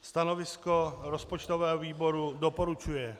Stanovisko rozpočtového výboru doporučuje.